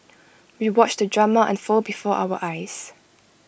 we watched the drama unfold before our eyes